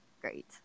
great